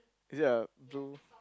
is it a blue